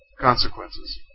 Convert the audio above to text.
Consequences